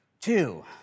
Two